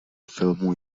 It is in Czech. filmu